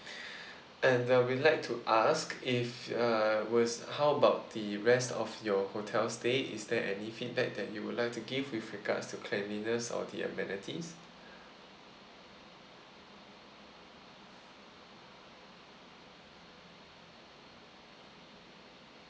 and uh we like to ask if uh was how about the rest of your hotel stay is there any feedback that you would like to give with regards to cleanliness or the amenities